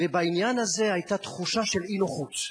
ובעניין הזה היתה תחושה של אי-נוחות.